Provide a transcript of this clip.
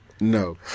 No